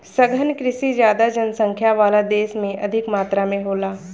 सघन कृषि ज्यादा जनसंख्या वाला देश में अधिक मात्रा में होला